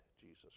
Jesus